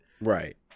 Right